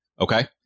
Okay